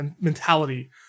mentality